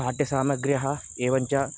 पाठ्यसामग्र्यः एवञ्च